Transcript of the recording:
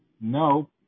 No